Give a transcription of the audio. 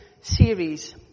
series